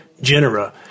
Genera